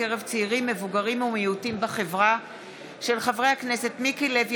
בעקבות דיון בהצעתם של חברי הכנסת מיקי לוי,